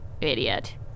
Idiot